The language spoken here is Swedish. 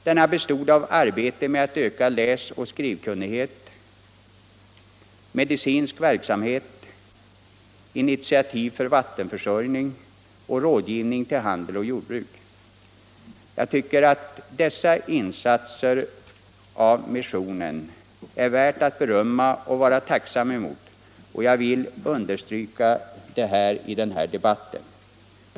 Denna bestod av arbete med att öka läsoch skrivkunnigheten, medicinsk verksamhet, initiativ för vattenförsörjning samt rådgivning inom handel och jordbruk. Jag tycker att dessa insatser av missionen är värda att berömmas och vara tacksam för, och jag vill understryka det i den här debatten.